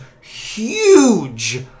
huge